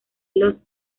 los